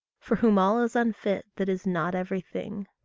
for whom all is unfit that is not everything.